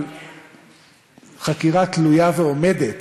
והוא ידע שזה מגוחך שהוא ידבר על חקירה תלויה ועומדת